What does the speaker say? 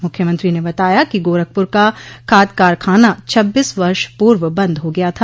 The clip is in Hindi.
मुख्यमंत्री ने बताया कि गोरखपुर का खाद कारखाना छब्बीस वर्ष पूर्व बंद हो गया था